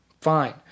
Fine